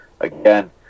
again